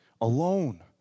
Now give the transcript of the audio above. alone